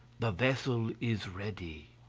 the vessel is ready.